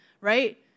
right